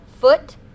foot